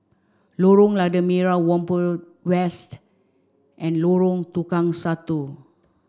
Lorong Lada Merah Whampoa West and Lorong Tukang Satu